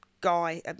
guy